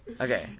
Okay